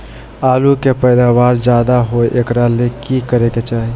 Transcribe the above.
आलु के पैदावार ज्यादा होय एकरा ले की करे के चाही?